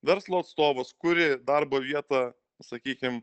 verslo atstovas kuri darbo vietą sakykim